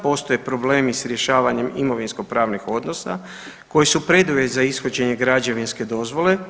Postoje problemi s rješavanjem imovinskopravnih odnosa koji su preduvjet za ishođenje građevinske dozvole.